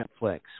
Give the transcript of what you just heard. Netflix